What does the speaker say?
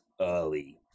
early